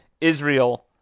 Israel